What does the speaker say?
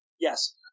Yes